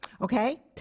Okay